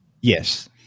Yes